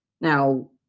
Now